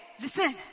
listen